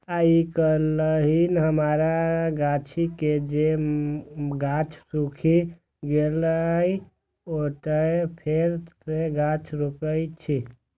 आइकाल्हि हमरा गाछी के जे गाछ सूखि गेल रहै, ओतय फेर सं गाछ रोपै छियै